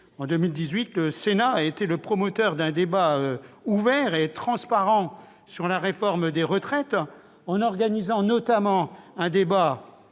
En 2018, le Sénat a été le promoteur d'un débat ouvert et transparent sur la réforme des retraites, en organisant notamment le